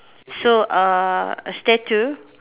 so uh a statue